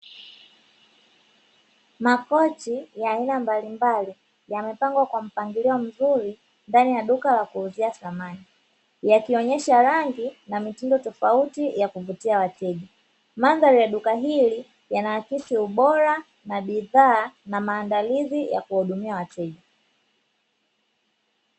Makochi ya aina mbalimbali yamepangwa kwa mpangilio mzuri, ndani ya duka la kuuzia samani. Yakionyesha rangi na mitindo tofauti ya kuvutia wateja, mandhari ya duka hili yanaakisi ubora wa bidhaa na maandalizi ya kuhudumia wateja.